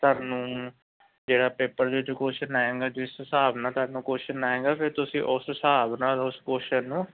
ਸਾਨੂੰ ਜਿਹੜਾ ਪੇਪਰ ਵਿੱਚ ਕੁਸ਼ਚਨ ਆਏਗਾ ਜਿਸ ਹਿਸਾਬ ਨਾਲ ਤੁਹਾਨੂੰ ਕੁਸ਼ਚਨ ਆਏਗਾ ਫਿਰ ਤੁਸੀਂ ਉਸ ਹਿਸਾਬ ਨਾਲ ਉਸ ਕੁਸ਼ਚਨ ਨੂੰ